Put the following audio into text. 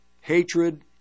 hatred